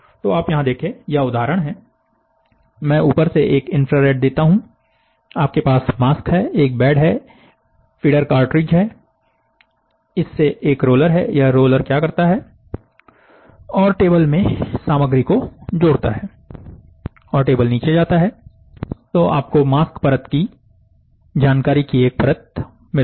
तो आप यहां देखें यह उदाहरण हैं मैं ऊपर से एक इन्फ्रारेड देता हूं आपके पास मास्क है एक बेड है फीडर कार्ट्रिज है इससे एक रोलर है यह रोल करता है और टेबल में सामग्री को जोड़ता है और टेबल नीचे जाता है तो आपको मास्क परत पर जानकारी की एक परत मिलती है